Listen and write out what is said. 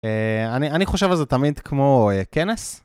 אהה..אני, אני חושב על זה תמיד כמו כנס.